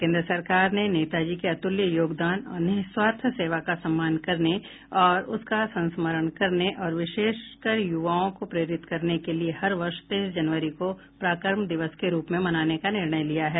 केन्द्र सरकार ने नेताजी के अतुल्य योगदान और निःस्वार्थ सेवा का सम्मान करने और उसका स्मरण करने और विशेषकर युवाओं को प्रेरित करने के लिए हर वर्ष तेईस जनवरी को पराक्रम दिवस के रूप में मनाने का निर्णय लिया है